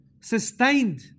sustained